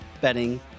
Betting